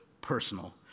personal